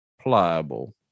pliable